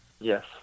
Yes